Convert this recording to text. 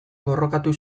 borrokatu